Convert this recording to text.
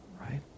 right